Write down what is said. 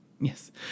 yes